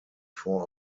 four